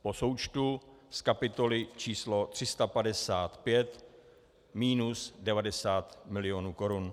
Po součtu z kapitoly číslo 355 minus 90 mil. korun.